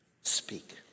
speak